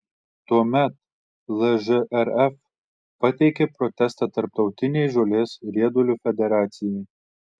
tuomet lžrf pateikė protestą tarptautinei žolės riedulio federacijai